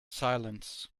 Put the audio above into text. silence